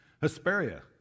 Hesperia